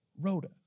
Rhoda